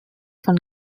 von